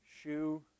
shoe